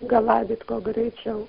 galabyt kuo greičiau